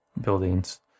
buildings